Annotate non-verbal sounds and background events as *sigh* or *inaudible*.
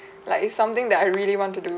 *breath* like it's something that I really want to do